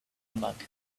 monk